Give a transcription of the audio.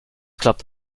klappt